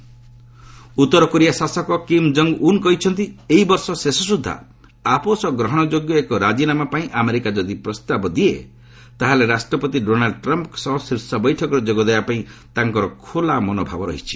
N K summit ଉତ୍ତର Korea ଶାସକ Kim Jong Un କହିଛନ୍ତି ଏହି ବର୍ଷ ଶେଷ ସ୍ରଦ୍ଧା ଆପୋଷ ଗ୍ରହଣଯୋଗ୍ୟ ଏକ ରାଜିନାମା ପାଇଁ ଆମେରିକା ଯଦି ପ୍ରସ୍ତାବ ଦିଏ ତାହାହେଲେ ରାଷ୍ଟ୍ରପତି ଡୋନାଲ୍ଡ୍ ଟ୍ରମ୍ଫ୍ଙ୍କ ସହ ଶୀର୍ଷ ବୈଠକରେ ଯୋଗ ଦେବାପାଇଁ ତାଙ୍କର ଖୋଲା ମନୋଭାବ ରହିଛି